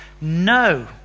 No